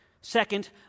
Second